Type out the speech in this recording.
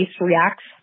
reacts